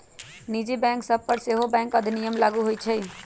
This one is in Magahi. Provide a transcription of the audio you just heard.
निजी बैंक सभ पर सेहो बैंक अधिनियम लागू होइ छइ